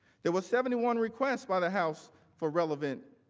it was seventy one requested by the house for relevant